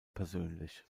persönlich